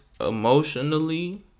emotionally